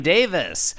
Davis